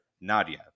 Nadia